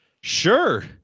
Sure